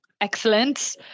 Excellent